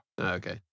Okay